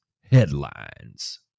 headlines